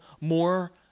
more